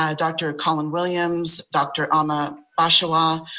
ah dr. colin williams, dr. ama oshawa,